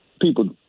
people